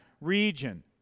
region